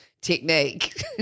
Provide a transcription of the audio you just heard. technique